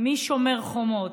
משומר חומות.